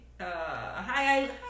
Hi